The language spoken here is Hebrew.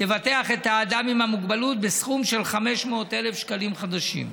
תבטח את האדם עם המוגבלות בסכום של 500,000 שקלים חדשים.